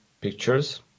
pictures